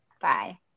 Bye